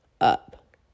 up